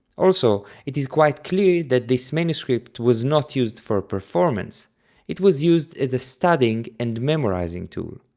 also, it is quite clear that this manuscript was not used for performance it was used as a studying and memorizing tool.